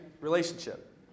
Relationship